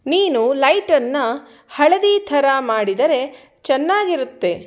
ನೀನು ಲೈಟನ್ನು ಹಳದಿ ಥರ ಮಾಡಿದರೆ ಚೆನ್ನಾಗಿರುತ್ತೆ